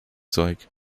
zeug